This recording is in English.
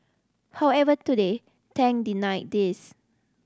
however today Tang denied these